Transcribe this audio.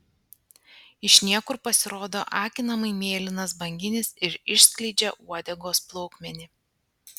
iš niekur pasirodo akinamai mėlynas banginis ir išskleidžia uodegos plaukmenį